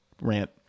rant